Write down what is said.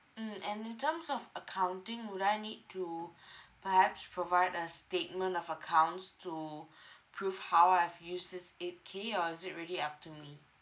mm and in terms of accounting would I need to perhaps provide a statement of accounts to prove how I've used this eight K or is it really up to me